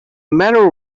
matter